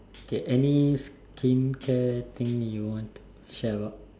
K any skincare thing you want to share about